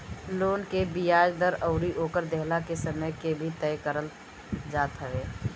loan के बियाज दर अउरी ओकर देहला के समय के भी तय करल जात हवे